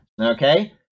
Okay